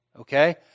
okay